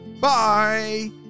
Bye